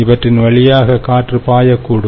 இவற்றின் வழியே காற்று பாயக் கூடும்